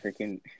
freaking